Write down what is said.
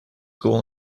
goal